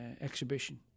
exhibition